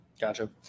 Gotcha